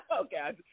Okay